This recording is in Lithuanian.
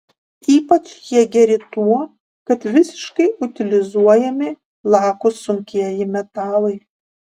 ypač jie geri tuo kad visiškai utilizuojami lakūs sunkieji metalai